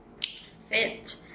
fit